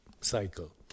cycle